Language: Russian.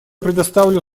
предоставлю